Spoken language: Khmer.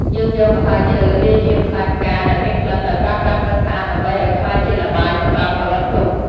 យើងយកម្សៅឈើ លាយជាម្សៅផ្កាដែលមានក្លិនដោយប្រើប្រាស់ទឺកស្អាតដើម្បីឲ្យក្លាយជាល្បាយសម្រាប់ផលិតធូប។